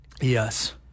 Yes